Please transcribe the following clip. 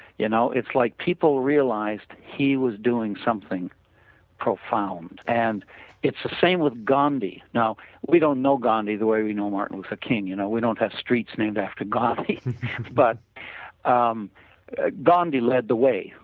you know it's like people realized he was doing something profound and it's the same with gandhi. now we don't know gandhi the way we know martin luther king, you know we don't have streets named after gandhi but um gandhi led the way.